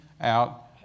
out